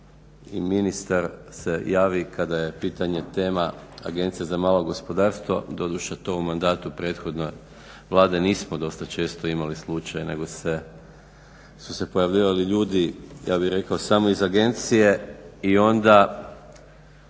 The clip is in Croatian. i ministar se javi kada je pitanje tema Agencija za malo gospodarstvo, doduše to u mandatu prethodne Vlade to nismo dosta često imali slučaj, nego se, su se pojavljivali ljudi, ja bih rekao, samo iz agencije i onda